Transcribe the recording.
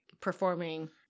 performing